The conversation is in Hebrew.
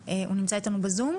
בבקשה.